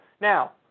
Now